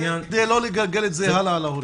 כדי לא לגלגל את זה על ההורים.